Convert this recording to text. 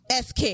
SK